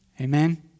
Amen